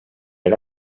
era